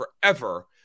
forever